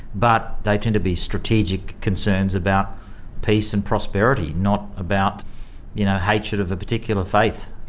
but they tend to be strategic concerns about peace and prosperity, not about you know hatred of a particular faith.